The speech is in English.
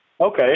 Okay